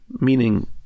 meaning